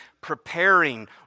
preparing